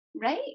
right